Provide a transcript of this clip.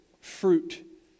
fruit